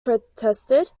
protested